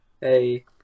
hey